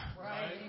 Right